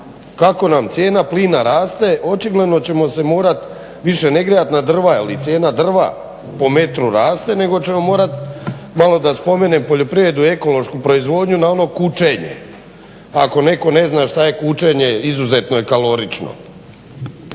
kako nam cijena plina raste očigledno ćemo se morati više ne grijati drva jel i cijena drva po metru raste nego ćemo morati malo da spomenem poljoprivredu i ekološku proizvodnju na ono kučenje. Ako netko ne zna šta je kučenje izuzetno je kalorično.